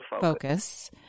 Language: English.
Focus